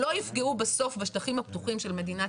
שלא יפגעו בסוף בשטחים הפתוחים של מדינת